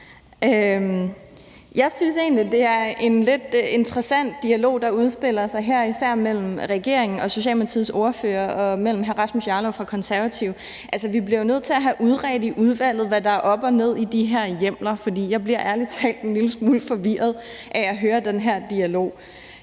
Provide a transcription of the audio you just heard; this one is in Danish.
Jeg synes egentlig, at det er en lidt interessant dialog, der udspiller sig her, især mellem regeringen og Socialdemokratiets ordfører og hr. Rasmus Jarlov fra Konservative. Altså, vi bliver jo nødt til at have udredt i udvalget, hvad der er op og ned i de her hjemler, for jeg bliver ærlig talt en lille smule forvirret af at høre den her dialog.